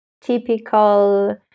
typical